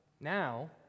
now